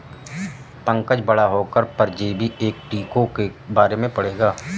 पंकज बड़ा होकर परजीवी एवं टीकों के बारे में पढ़ेगा